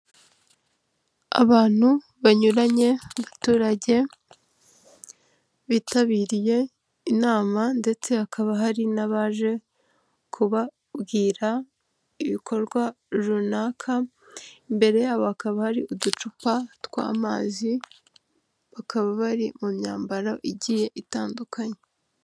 Abantu banyuranye abaturage bitabiriye inama ndetse hakaba hari n'abaje kubabwira ibikorwa runaka, imbere yabo hakaba hari uducupa tw'amazi, bakaba bari mu myambaro igiye itandukanye.